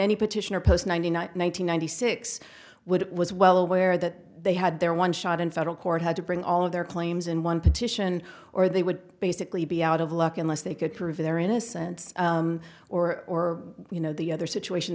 any petitioner post ninety nine one thousand nine hundred six would was well aware that they had their one shot in federal court had to bring all of their claims in one petition or they would basically be out of luck unless they could prove their innocence or or you know the other situation